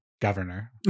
governor